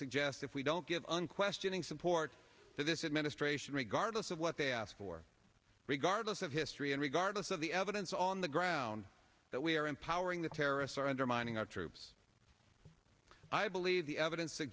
suggest if we don't give unquestioning support for this administration regardless of what they ask for regardless of history and regardless of the evidence on the ground that we are empowering the terrorists or undermining our troops i believe the evidence